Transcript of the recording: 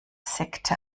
sekte